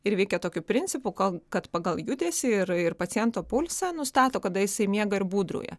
ir veikia tokiu principu kad pagal judesį ir paciento pulsą nustato kada jisai miega ir būdrauja